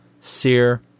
Sear